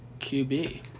QB